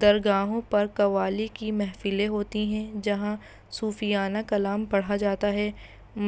درگاہوں پر قوالی کی محفلیں ہوتی ہیں جہاں صوفیانہ کلام پڑھا جاتا ہے